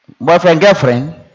boyfriend-girlfriend